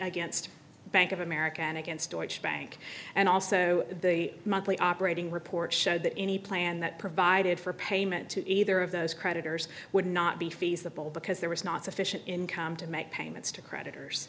against bank of america and against george bank and also the monthly operating reports showed that any plan that provided for payment to either of those creditors would not be feasible because there was not sufficient income to make payments to